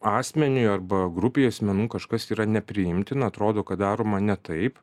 asmeniui arba grupei asmenų kažkas yra nepriimtina atrodo kad daroma ne taip